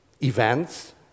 events